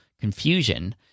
confusion